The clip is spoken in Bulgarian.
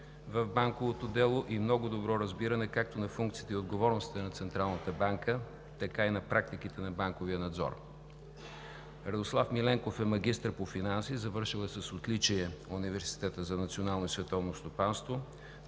в банковото дело и много добро разбиране както на функциите и отговорностите на Централната банка, така и на практиките на банковия надзор. Радослав Миленков е магистър по финанси. Завършил е с отличие Университета за национално и световно стопанство.